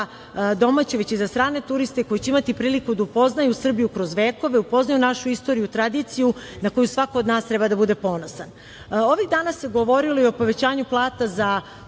domaće, nego i za strane turiste koji će imati priliku da upoznaju Srbiju kroz vekove, da upoznaju našu istoriju i tradiciju na koju svako od nas treba da bude ponosan. Ovih dana se govorilo i povećanju za